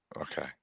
okay